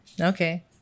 Okay